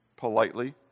politely